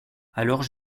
alors